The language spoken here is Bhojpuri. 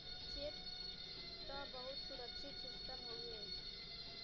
चेक त बहुते सुरक्षित सिस्टम हउए